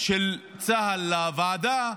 של צה"ל לוועדה,